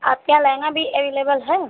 आपके यहाँ लहंगा भी एविलेबल है